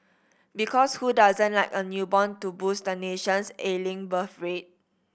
because who doesn't like a newborn to boost the nation's ailing birth rate